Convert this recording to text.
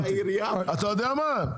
אתה יודע מה?